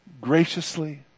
graciously